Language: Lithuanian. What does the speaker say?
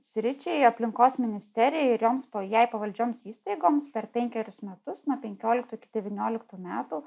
sričiai aplinkos ministerija ir joms po jai pavaldžioms įstaigoms per penkerius metus nuo penkioliktų iki devynioliktų metų